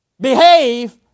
behave